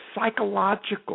psychological